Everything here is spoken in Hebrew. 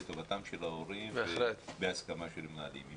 לטובתם של ההורים ובהסכמה של המנהלים.